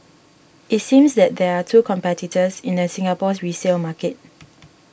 it seems that there are two competitors in the Singapore's resale market